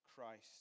Christ